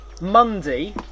Monday